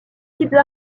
sites